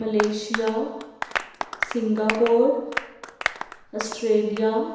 Malaysia Singapore Australia